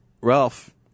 Ralph